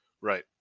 right